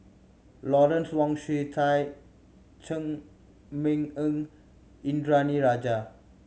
Lawrence Wong Shyun Tsai Chee Meng Ng Indranee Rajah